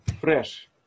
fresh